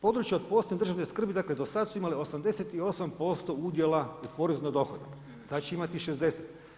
Područja od posebne državne skrbi do sada su imali 88% udjela u porezu na dohodak, sada će imati 60.